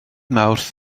mawrth